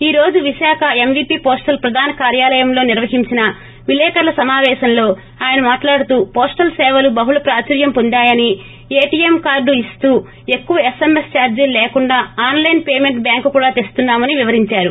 ఈ రోజు Visakha MVP postal ప్రధాన కార్యాలయంలో నిర్వహించిన విలేకర్ల సమాపేశంలో ఆయన మాట్లాడుతూ పోస్టల్ సేవలు బహుళ ప్రాచుర్యం పొందాయని ఏటీఎం కార్డ్ ఇస్తూ ఎక్కువగా ఎస్ ఎమ్ ఎస్ దార్టీలు లేకుండా ఆస్ లైన్ పేమెంట్ బ్యాంక్ కూడా తెస్తున్నా మని వివరిందారు